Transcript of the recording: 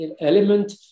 element